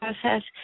process